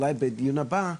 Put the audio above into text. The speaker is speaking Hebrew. אולי אפילו בדיון הוועדה הבא,